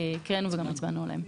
שהקראנו גם הצבענו עליהם.